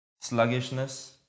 sluggishness